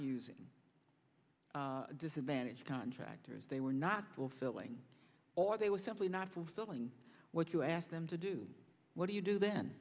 using disadvantage contractors they were not fulfilling or they were simply not fulfilling what you asked them to do what do you do then